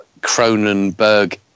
Cronenberg